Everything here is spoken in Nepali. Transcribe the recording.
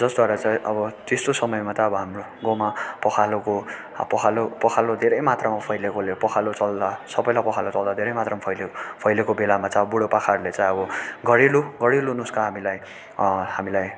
जसद्वारा चाहिँ अब त्यस्तो समयमा त अब हाम्रो गाँउमा पखालाको पखाला पखाला धेरै मात्रामा फैलिएकोले पखाला चल्दा सबैलाई पखाला चल्दा धेरै मात्रामा फैलिएको फैलिएको बेलामा चाहिँ अब बुढा पाकाहरूले चाहिँ अब घरेलु घरेलु नुस्खा हामीलाई हामीलाई